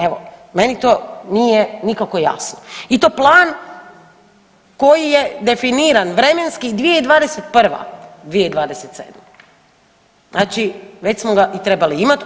Evo, meni to nije nikako jasno i to plan koji je definiran vremenski 2021.-2027., znači već smo ga i trebali imat.